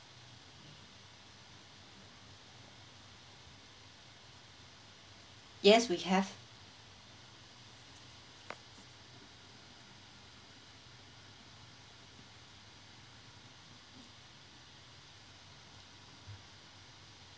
yes we have